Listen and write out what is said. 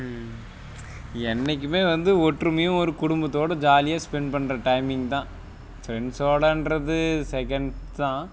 என்றைக்குமே வந்து ஒற்றுமையாக ஒரு குடும்பத்தோடு ஜாலியாக ஸ்பெண்ட் பண்ணுற டைமிங் தான் ஃப்ரெண்ட்ஸோடன்றது செகண்ட் தான்